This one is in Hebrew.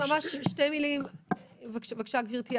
גברתי,